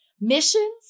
missions